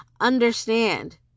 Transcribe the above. understand